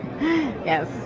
yes